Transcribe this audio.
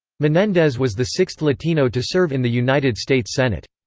menendez was the sixth latino to serve in the united states senate.